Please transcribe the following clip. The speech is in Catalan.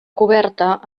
coberta